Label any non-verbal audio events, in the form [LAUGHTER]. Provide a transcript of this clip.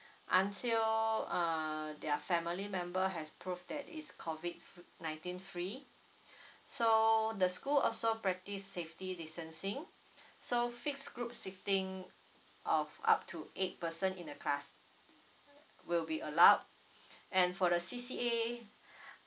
until uh their family member has proof that is COVID f~ nineteen free so the school also practice safety distancing so fixed group seating of up to eight person in a class [NOISE] will be allowed and for the C_C_A